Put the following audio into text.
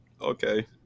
Okay